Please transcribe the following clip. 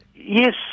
Yes